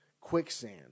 quicksand